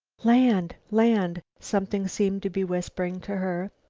land! land! something seemed to be whispering to her.